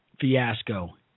fiasco